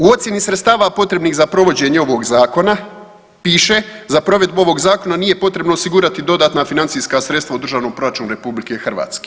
U ocjeni sredstava potrebnih za provođenje ovog zakona piše, za provedbu ovog zakona nije potrebno osigurati dodatna financijska sredstva u Državnom proračunu RH.